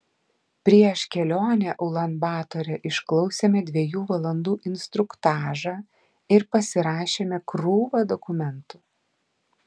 prieš kelionę ulan batore išklausėme dviejų valandų instruktažą ir pasirašėme krūvą dokumentų